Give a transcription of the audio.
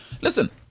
listen